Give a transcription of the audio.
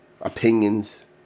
opinions